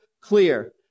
clear